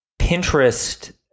Pinterest